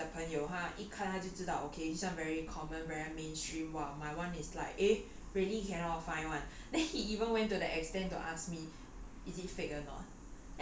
ya lah like 我的 shoe enthusiast 的朋友他一看他就知道 okay this one very common very mainstream while my one is like eh really cannot find [one] then he even went to the extent to ask me